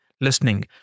listening